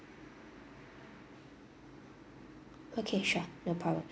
okay sure no problem